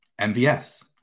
mvs